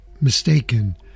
mistaken